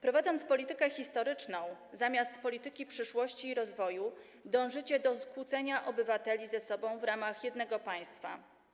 Prowadząc politykę historyczną zamiast polityki przyszłości i rozwoju, dążycie do skłócenia obywateli ze sobą w ramach jednego państwa.